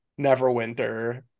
Neverwinter